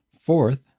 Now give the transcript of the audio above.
Fourth